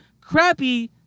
crappy